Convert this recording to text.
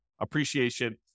appreciation